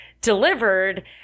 delivered